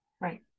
Right